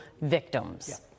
victims